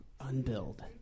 Unbuild